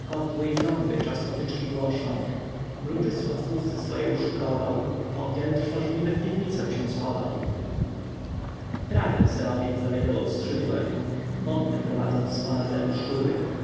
i trąby czas potyczki głoszą mruczysław hufce swoje uszykował popiel trwożliwy w piwnicę się schował prawem serowind zawiadował skrzydłem wodne prowadząc z ponad renu szczury